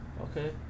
okay